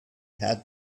had